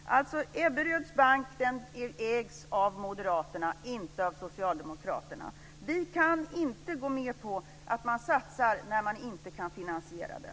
Ebberöds bank ägs av Moderaterna, inte av Socialdemokraterna. Vi kan inte gå med på att man satsar när man inte kan finansiera det.